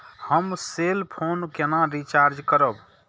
हम cell phone केना recharge करब?